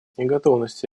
готовности